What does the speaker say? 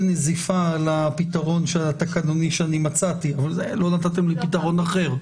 נזיפה על הפתרון התקנוני שאני מצאתי אבל לא נתתם לי פתרון אחר.